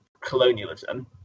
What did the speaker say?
colonialism